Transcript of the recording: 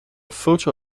photo